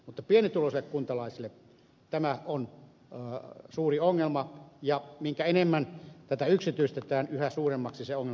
mutta pienituloisille kuntalaisille tämä on suuri ongelma ja mitä enemmän tätä yksityistetään sitä suuremmaksi se ongelma tulee kasvamaan